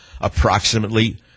Approximately